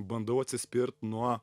bandau atsispirt nuo